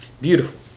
Beautiful